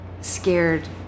scared